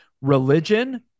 religion